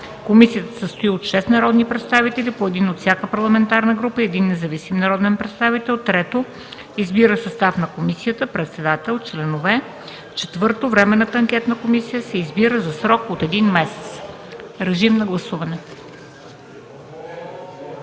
Комисията се състои от 6 народни представители – по един от всяка парламентарна група и един независим народен представител. 3. Избира състав на комисията: председател, членове. 4. Временната анкетна комисия се избира със срок от един месец.” Режим на гласуване!